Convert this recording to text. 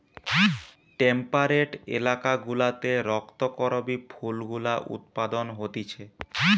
temperate এলাকা গুলাতে রক্ত করবি ফুল গুলা উৎপাদন হতিছে